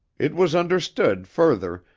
it was understood, further,